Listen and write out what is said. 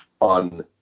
on